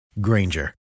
Granger